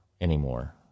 anymore